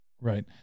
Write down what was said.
Right